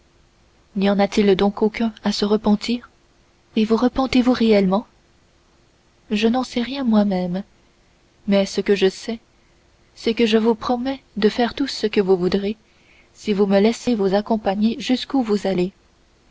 n'y en a-t-il donc aucun à se repentir et vous repentez-vous réellement je n'en sais rien moi-même mais ce que je sais c'est que je vous promets de faire tout ce que vous voudrez si vous me laissez vous accompagner jusqu'où vous allez